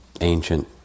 ancient